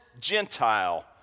Gentile